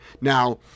Now